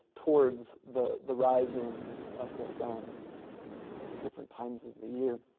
towards the the rising and of the sun at different times of the year.